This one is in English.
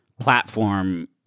platform